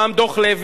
דוח-לוי,